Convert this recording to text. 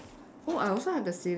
oh I also have the sil~